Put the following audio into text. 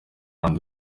and